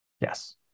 Yes